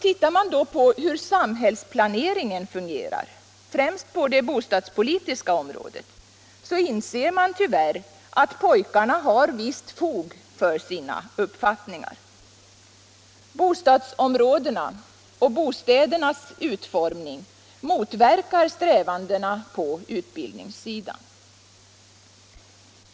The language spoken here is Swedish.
Tittar man då på hur samhällsplaneringen fungerar, främst på det bostadspolitiska området, så inser man att pojkarna tyvärr har visst fog för sina uppfattningar. Bostadsområdena och bostädernas utformning motverkar strävandena på utbildningssidan.